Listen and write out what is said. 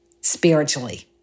spiritually